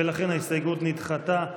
ולכן ההסתייגות נדחתה.